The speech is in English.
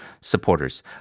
supporters